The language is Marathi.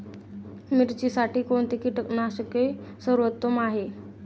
मिरचीसाठी कोणते कीटकनाशके सर्वोत्तम आहे?